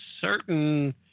certain